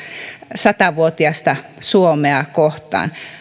sata vuotiasta suomea kohtaan niin